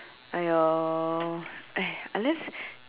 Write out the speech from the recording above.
!aiyo! unless